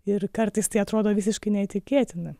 ir kartais tai atrodo visiškai neįtikėtina